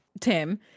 Tim